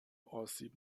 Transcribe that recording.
آسیب